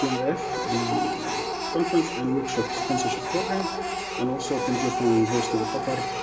qnrf, the conference and workshop sponsorship program and also from georgetown university in qatar,